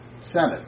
Senate